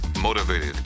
motivated